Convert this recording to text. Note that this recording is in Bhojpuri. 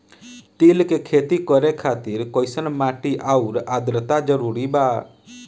तिल के खेती करे खातिर कइसन माटी आउर आद्रता जरूरी बा?